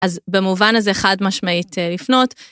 אז במובן הזה חד משמעית לפנות.